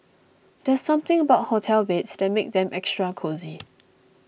there's something about hotel beds that makes them extra cosy